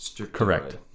correct